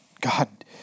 God